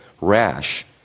rash